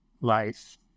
life